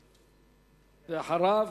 אחריו,